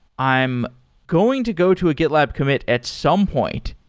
i'm going to go to a getlab commit at some point.